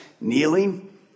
kneeling